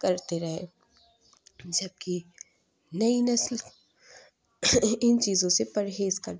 کرتے رہے جبکہ نئی نسل ان چیزوں سے پرہیز کرتی ہیں